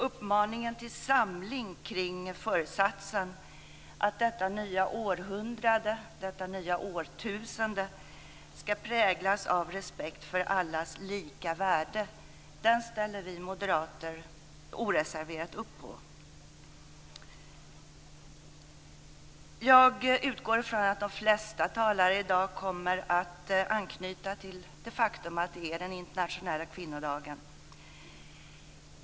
Uppmaningen till samling kring föresatsen att detta nya århundrade, detta nya årtusende, ska präglas av respekt för allas lika värde ställer vi moderater oreserverat upp på. Jag utgår från att de flesta talare i dag kommer att anknyta till det faktum att det är den internationella kvinnodagen.